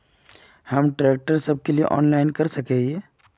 हम ट्रैक्टर सब के लिए ऑनलाइन कर सके हिये?